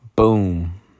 boom